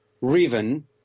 Riven